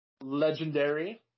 legendary